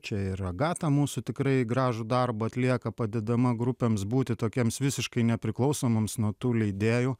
čia ir agata mūsų tikrai gražų darbą atlieka padedama grupėms būti tokiems visiškai nepriklausomoms nuo tų leidėjų